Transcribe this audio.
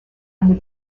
under